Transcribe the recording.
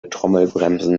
trommelbremsen